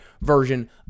version